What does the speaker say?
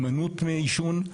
הימנעות מעישון,